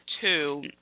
two